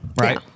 right